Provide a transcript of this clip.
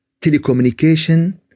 telecommunication